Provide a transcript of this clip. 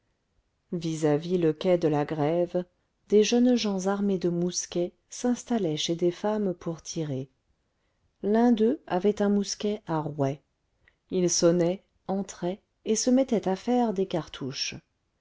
vis-à-vis le quai de la grève des jeunes gens armés de mousquets s'installaient chez des femmes pour tirer l'un d'eux avait un mousquet à rouet ils sonnaient entraient et se mettaient à faire des cartouches